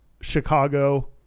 Chicago